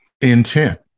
intent